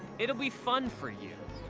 it'll be fun for you.